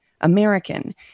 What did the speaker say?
American